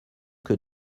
que